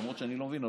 למרות שאני לא מבין,